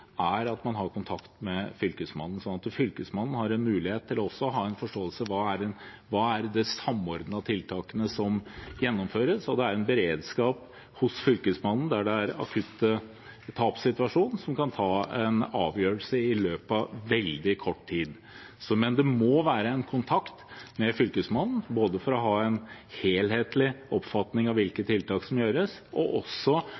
at man har kontakt med Fylkesmannen, slik at Fylkesmannen har mulighet til å ha en forståelse av hvilke samordnede tiltak som gjennomføres. Det er en beredskap hos Fylkesmannen som ved en akutt tapssituasjon kan ta en avgjørelse i løpet av veldig kort tid. Det må være kontakt med Fylkesmannen, både for å ha en helthetlig oppfatning av hvilke tiltak som gjøres, og også